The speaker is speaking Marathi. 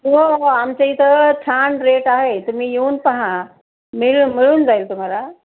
हो हो आमच्या इथं छान रेट आहे तुम्ही येऊन पहा मिळ मिळून जाईल तुम्हाला